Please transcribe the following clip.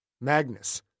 Magnus